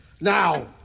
Now